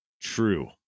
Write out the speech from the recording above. true